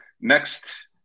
Next